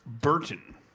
Burton